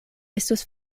estus